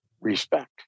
respect